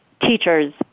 teachers